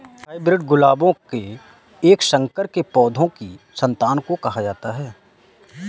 hybrid गुलाबों के एक संकर के पौधों की संतान को कहा जाता है